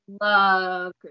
love